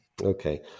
Okay